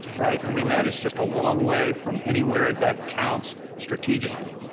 right? i mean that is just a long way from anywhere that counts, strategically.